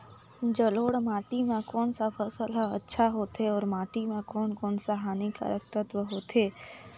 जलोढ़ माटी मां कोन सा फसल ह अच्छा होथे अउर माटी म कोन कोन स हानिकारक तत्व होथे?